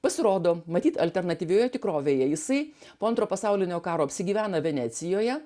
pasirodo matyt alternatyvioje tikrovėje jisai po antro pasaulinio karo apsigyvena venecijoje